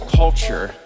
culture